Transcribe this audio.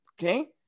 okay